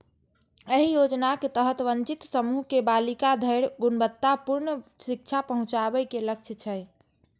एहि योजनाक तहत वंचित समूह के बालिका धरि गुणवत्तापूर्ण शिक्षा पहुंचाबे के लक्ष्य छै